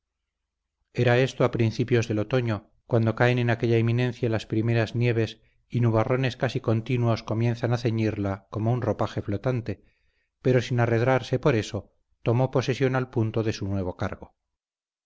era esto a principios del otoño cuando caen en aquella eminencia las primeras nieves y nubarrones casi continuos comienzan a ceñirla como un ropaje flotante pero sin arredrarse por eso tomó posesión al punto de su nuevo cargo